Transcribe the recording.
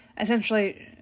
essentially